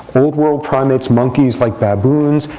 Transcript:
old world primates, monkeys like baboons,